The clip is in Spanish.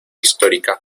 histórica